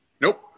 Nope